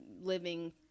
living